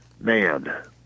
man –